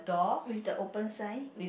with the open sign